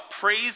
praise